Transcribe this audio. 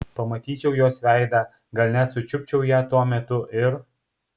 pamatyčiau jos veidą gal net sučiupčiau ją tuo metu ir